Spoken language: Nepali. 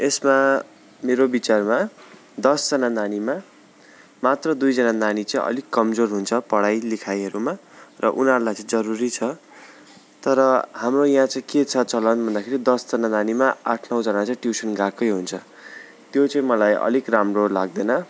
यसमा मेरो बिचारमा दसजना नानीमा मात्र दुईजना नानी चाहिँ अलिक कमजोर हुन्छ पढाइ लेखाइहरूमा र उनीहरूलाई चाहिँ जरुरी छ तर हाम्रो यहाँ चाहिँ के छ चलन भन्दाखेरि दसजना नानीमा आठ नौजना चाहिँ ट्युसन गएकै हुन्छ त्यो चाहिँ मलाई अलिक राम्रो लाग्दैन